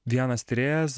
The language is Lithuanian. vienas tyrėjas